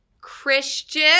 Christian